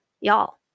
Y'all